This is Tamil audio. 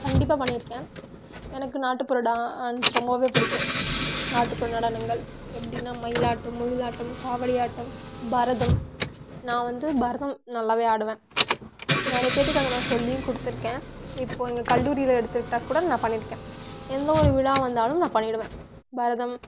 கண்டிப்பாக பண்ணிருக்கேன் எனக்கு நாட்டுப்புற டான்ஸ் ரொம்பவே பிடிக்கும் நாட்டுப்புற நடனங்கள் எப்படின்னா மயிலாட்டம் ஒயிலாட்டம் காவடி ஆட்டம் பரதம் நான் வந்து பரதம் நல்லாவே ஆடுவேன் நிறைய பேர்த்துக்கு அதை நான் சொல்லியும் கொடுத்துருக்கேன் இப்போ எங்கள் கல்லூரியில் எடுத்துக்கிட்டால்கூட நான் பண்ணிருக்கேன் எந்த ஒரு விழா வந்தாலும் நான் பண்ணிவிடுவேன் பரதம்